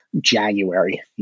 January